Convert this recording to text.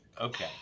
okay